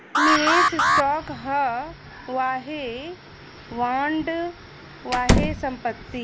निवेस स्टॉक ह वाहे बॉन्ड, वाहे संपत्ति